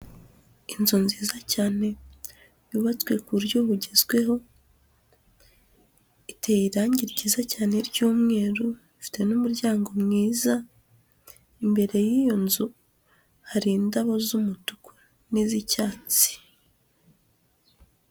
Inzu nziza cyane yubatswe ku buryo bugezweho iteye irangi ryiza cyane ry'umweru ifite n'umuryango mwiza imbere y'iyo nzu hari indabo z'umutuku n'izicyatsi.